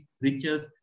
riches